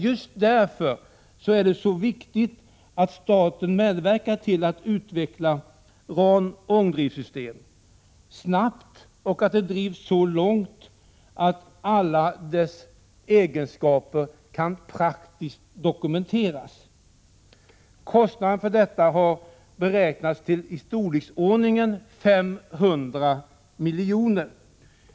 Just därför är det så viktigt att staten medverkar till att utveckla RAN-ångdrivsystemet snabbt samt att driva det så långt att alla dess egenskaper praktiskt kan dokumenteras. Kostnaden för detta har beräknats till i storleksordningen 500 miljoner.